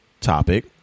topic